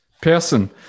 person